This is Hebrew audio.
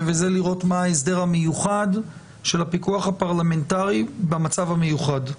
וזה לראות מה ההסדר המיוחד של הפיקוח הפרלמנטרי במצב המיוחד.